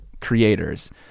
creators